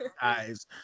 guys